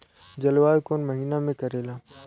जलवायु कौन महीना में करेला?